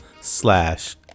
slash